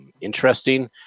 interesting